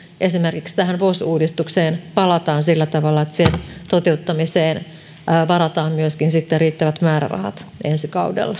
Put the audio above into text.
esimerkiksi vos uudistukseen palataan sillä tavalla että sen toteuttamiseen myöskin varataan riittävät määrärahat ensi kaudella